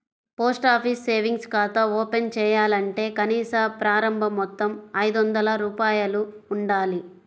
post office savings ఖాతా open చేయాలంటే కనీస ప్రారంభ మొత్తం ఐదొందల రూపాయలు ఉండాలి